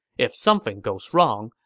if something goes wrong,